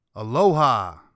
Aloha